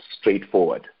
straightforward